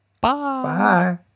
Bye